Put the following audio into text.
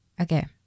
Okay